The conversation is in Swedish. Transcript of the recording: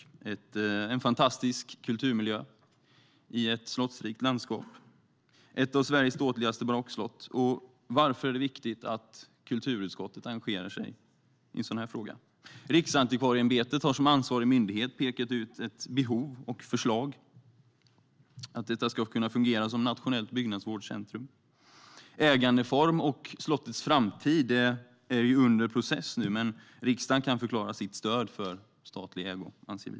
Det är en fantastisk kulturmiljö i ett slottsrikt landskap och ett av Sveriges ståtligaste barockslott. Varför är det viktigt att kulturutskottet engagerar sig i en sådan fråga? Riksantikvarieämbetet har som ansvarig myndighet pekat på ett behov och föreslagit att detta ska kunna fungera som nationellt byggnadsvårdscentrum. Ägandeform och slottets framtid är under process, men vi anser att riksdagen kan förklara sitt stöd för statlig ägo.